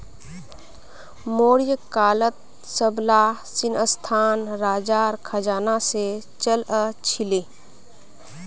मौर्य कालत सबला शिक्षणसंस्थान राजार खजाना से चलअ छीले